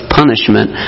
punishment